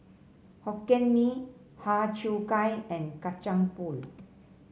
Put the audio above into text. Hokkien Mee Har Cheong Gai and Kacang Pool